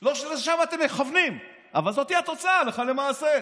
לא שלשם אתם מכוונים, אבל זאת התוצאה הלכה למעשה.